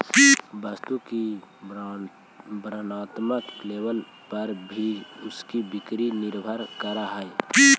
वस्तु की वर्णात्मक लेबल पर भी उसकी बिक्री निर्भर करअ हई